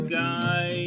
guy